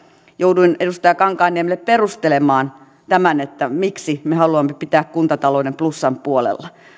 jouduin edustaja kankaanniemelle perustelemaan tämän miksi me haluamme pitää kuntatalouden plussan puolella